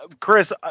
Chris